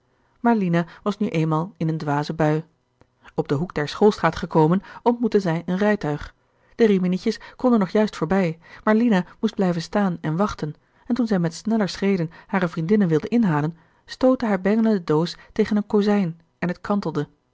maar lina was nu eenmaal in een dwaze bui op den hoek der schoolstraat gekomen ontmoetten zij een rijtuig de riminietjes konden nog juist voorbij maar lina moest blijven staan en wachten en toen zij met sneller schreden hare vriendinnen wilde inhalen stootte haar bengelende gerard keller het testament van mevrouw de tonnette doos tegen een kozijn en het kantelde